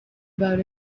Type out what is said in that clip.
about